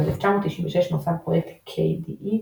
ב־1996 נוסד פרויקט KDE,